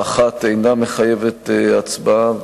האחת אינה מחייבת הצבעה,